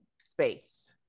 space